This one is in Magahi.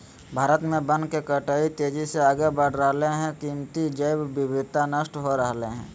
भारत में वन के कटाई तेजी से आगे बढ़ रहल हई, कीमती जैव विविधता नष्ट हो रहल हई